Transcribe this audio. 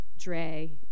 Dre